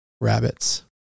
rabbits